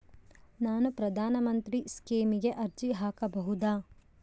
ನಾನು ಪ್ರಧಾನ ಮಂತ್ರಿ ಸ್ಕೇಮಿಗೆ ಅರ್ಜಿ ಹಾಕಬಹುದಾ?